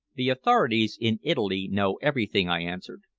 the authorities in italy know everything, i answered.